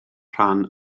rhan